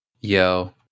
Yo